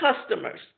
customers